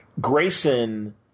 Grayson